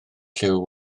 lliw